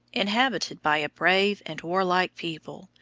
inhabited by a brave and warlike people,